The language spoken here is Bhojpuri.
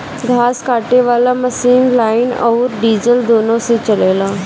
घास काटे वाला मशीन लाइन अउर डीजल दुनों से चलेला